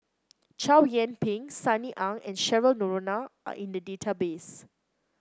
Chow Yian Ping Sunny Ang and Cheryl Noronha are in the database